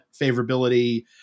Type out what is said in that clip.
favorability